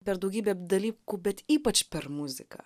per daugybę dalykų bet ypač per muziką